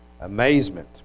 amazement